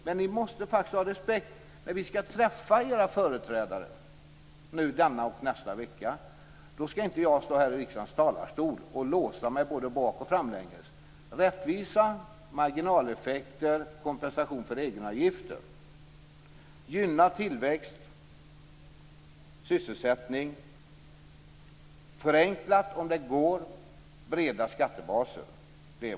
Men ni måste ha respekt för att vi skall träffa era företrädare denna och nästa vecka. Då skall jag inte stå i riksdagens talarstol och låsa fast mig både bak och framlänges. Vårt syfte är rättvisa marginaleffekter, kompensation för egenavgifter, gynnad tillväxt, sysselsättning och förenklade och breda skattebaser.